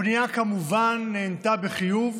הפנייה כמובן נענתה בחיוב,